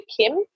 Kim